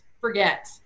forget